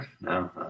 No